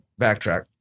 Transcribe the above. Backtrack